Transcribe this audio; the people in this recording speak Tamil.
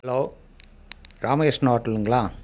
ஹலோ ராமகிருஷ்ணா ஹோட்டலுங்களா